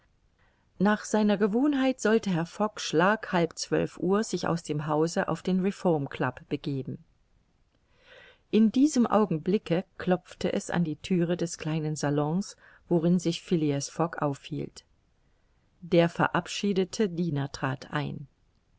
nach seiner gewohnheit sollte herr fogg schlag halb zwölf uhr sich aus dem hause auf den reformclub begeben in diesem augenblicke klopfte es an die thüre des kleinen salons worin sich phileas fogg aufhielt der verabschiedete diener trat ein